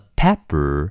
pepper